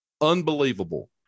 Unbelievable